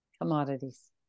Commodities